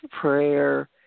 prayer